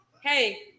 hey